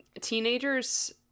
teenagers